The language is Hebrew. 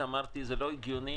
אמרתי שזה לא הגיוני